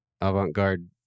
Avant-garde